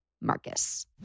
Marcus